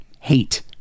Hate